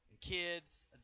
kids